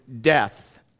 death